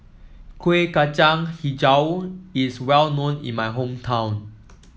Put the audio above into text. Kuih Kacang hijau is well known in my hometown